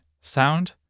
sound